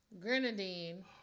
grenadine